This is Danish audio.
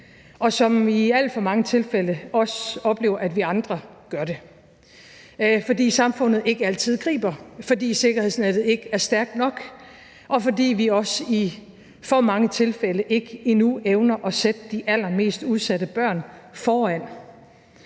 og som i alt for mange tilfælde også oplever, at vi andre gør det, fordi samfundet ikke altid griber dem, fordi sikkerhedsnettet ikke er stærkt nok, og fordi vi også i for mange tilfælde endnu ikke evner at sætte de allermest udsatte børn foran.